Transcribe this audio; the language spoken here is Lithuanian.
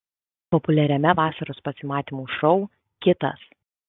populiariame vasaros pasimatymų šou kitas